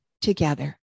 together